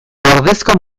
ordezko